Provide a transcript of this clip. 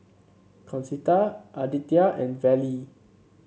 Concetta Aditya and Vallie